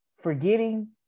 forgetting